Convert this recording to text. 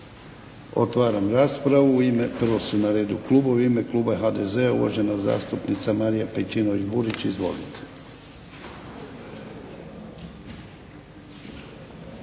Otvaram raspravu. Prvo su na redu klubovi. U ime kluba HDZ-a uvažena zastupnica Marija Pejčinović Burić, izvolite.